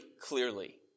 clearly